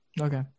Okay